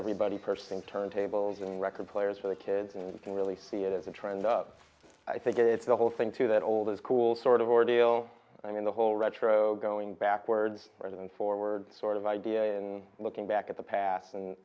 everybody pursing turntables and record players for the kids and you can really see it as a trend up i think it's the whole thing to that old is cool sort of ordeal i mean the whole retro going backwards or than forward sort of idea in looking back at the past and